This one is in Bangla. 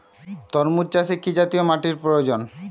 তরমুজ চাষে কি জাতীয় মাটির প্রয়োজন?